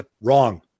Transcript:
Wrong